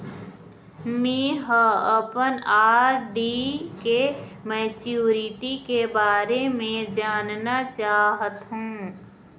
में ह अपन आर.डी के मैच्युरिटी के बारे में जानना चाहथों